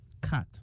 cut